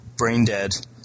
Braindead